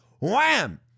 Wham